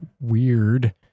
Weird